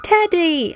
Teddy